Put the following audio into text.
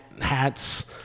hats